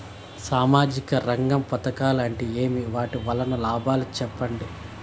సామాజిక రంగం పథకాలు అంటే ఏమి? వాటి వలన లాభాలు సెప్పండి?